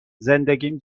زندگیم